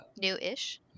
new-ish